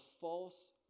false